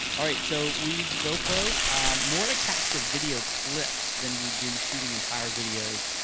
all right. so we use the gopro more to capture video clips than we do shooting entire videos,